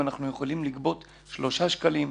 אנחנו יכולים לגבות עליהן שלושה שקלים,